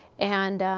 and